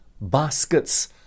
baskets